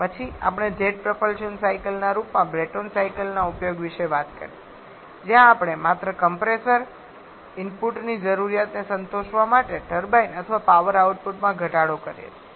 પછી આપણે jet propulsion સાયકલના રૂપમાં બ્રેટોન સાયકલ ના ઉપયોગ વિશે વાત કરી જ્યાં આપણે માત્ર કમ્પ્રેસર ઇનપુટની જરૂરિયાતને સંતોષવા માટે ટર્બાઇન અથવા પાવર આઉટપુટમાં ઘટાડો કરીએ છીએ